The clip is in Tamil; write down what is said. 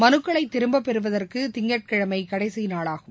மனுக்களை திரும்பப்பெறுவதற்கு திங்கட்கிழமை கடைசி நாளாகும்